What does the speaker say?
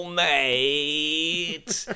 mate